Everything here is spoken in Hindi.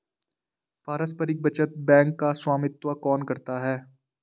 पारस्परिक बचत बैंक का स्वामित्व कौन करता है?